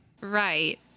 Right